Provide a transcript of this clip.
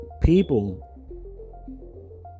people